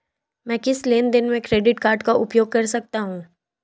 मैं किस लेनदेन में क्रेडिट कार्ड का उपयोग कर सकता हूं?